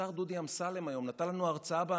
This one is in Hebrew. השר דודי אמסלם היום נתן לנו הרצאה באנרכיזם,